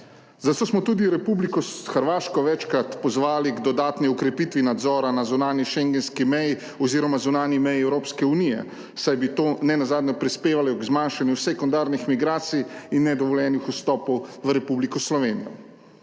zato smo tudi Republiko Hrvaško večkrat pozvali k dodatni okrepitvi nadzora na zunanji Schengenski meji oziroma zunanji meji Evropske unije, saj bi to nenazadnje prispevalo k zmanjšanju sekundarnih migracij in nedovoljenih vstopov v Republiko Slovenijo.